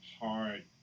hard